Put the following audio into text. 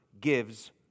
gives